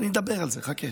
אני אדבר על זה, חכה.